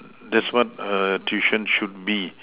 that's what a tuition should be